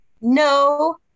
no